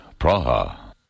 Praha